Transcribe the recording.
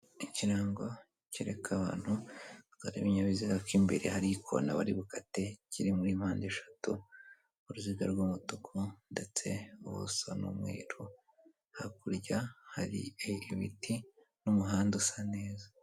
Ikirango kereka abantu batwara ibinyabiziga ko imbere hari ikona bari bukate, kiri muri mpande eshatu, uruziga rw'umutuku, ndetse ubuso ni umweru, hakurya hari ibiti n'umuhanda usa neza.